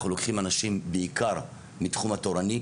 אנחנו לוקחים אנשים בעיקר מתחום התורני,